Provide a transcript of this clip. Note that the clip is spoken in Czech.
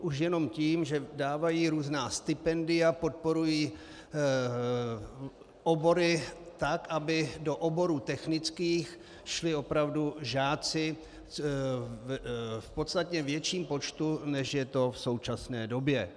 Už jenom tím, že dávají různá stipendia, podporují obory tak, aby do oborů technických šli opravdu žáci v podstatně větším počtu, než je tomu v současné době.